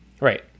Right